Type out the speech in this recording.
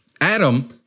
Adam